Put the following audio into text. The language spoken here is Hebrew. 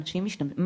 אנשים משתמשים בו?